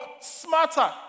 smarter